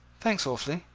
thanks awfully.